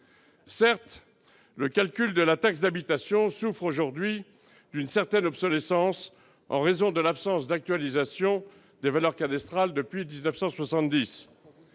Certes, le calcul de la taxe d'habitation souffre aujourd'hui d'une certaine obsolescence, en raison de l'absence d'actualisation des valeurs cadastrales depuis 1970